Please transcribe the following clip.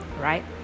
right